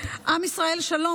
עם ישראל שלום.